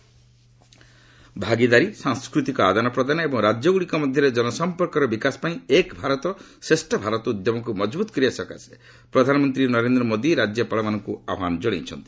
PM governors conference ଭାଗିଦାରୀ ସାଂସ୍କୃତିକ ଆଦାନପ୍ରଦାନ ଏବଂ ରାଜ୍ୟଗୁଡ଼ିକ ମଧ୍ୟରେ ଜନସମ୍ପର୍କର ବିକାଶ ପାଇଁ 'ଏକ ଭାରତ ଶ୍ରେଷ୍ଠ ଭାରତ' ଉଦ୍ୟମକୁ ମଜବୁତ କରିବା ସକାଶେ ପ୍ରଧାନମନ୍ତ୍ରୀ ନରେନ୍ଦ୍ର ମୋଦି ରାଜ୍ୟପାଳମାନଙ୍କୁ ଆହ୍ୱାନ ଜଣାଇଛନ୍ତି